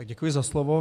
Děkuji za slovo.